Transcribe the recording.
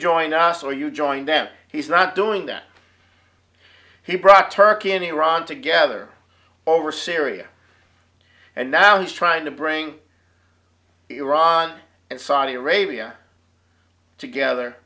join us or you join them he's not doing that he brought turkey and iran together over syria and now he's trying to bring iran and saudi arabia together